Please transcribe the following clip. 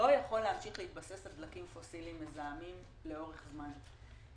לא יכול להמשיך להתבסס על דלקים פוסיליים מזהמים לאורך זמן.